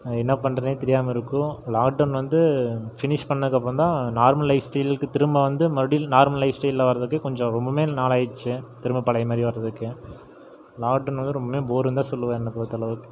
என்ன பண்ணுறதுனே தெரியாமல் இருக்கும் லாக்டவுன் வந்து பினிஷ் பண்ணதுக்கப்பறம் தான் நார்மல் லைஃப் ஸ்டைல்க்கு திரும்ப வந்து மறுபடியும் நார்மல் லைஃப் ஸ்டைலில் வர்றதுக்கு கொஞ்சம் ரொம்பவுமே நாள் ஆயிடுச்சு திரும்ப பழையமாரி வர்றதுக்கு லாக்டவுன் வந்து ரொம்பவுமே போருன்னு தான் சொல்லுவேன் என்ன பொறுத்த அளவு